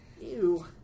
Ew